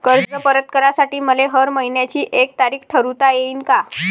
कर्ज परत करासाठी मले हर मइन्याची एक तारीख ठरुता येईन का?